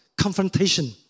confrontation